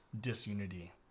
disunity